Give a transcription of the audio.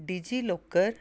DigiLocker